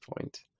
point